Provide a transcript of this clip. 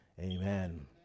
amen